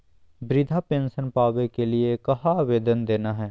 वृद्धा पेंसन पावे के लिए कहा आवेदन देना है?